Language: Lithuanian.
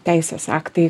teisės aktai